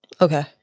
Okay